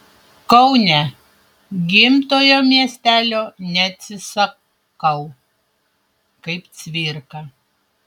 kaune gimtojo miestelio neatsisakau kaip cvirka